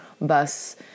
bus